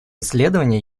исследования